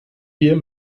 wir